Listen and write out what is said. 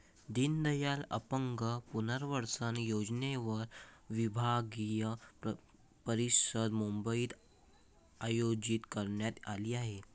दीनदयाल अपंग पुनर्वसन योजनेवर विभागीय परिषद मुंबईत आयोजित करण्यात आली आहे